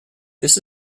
this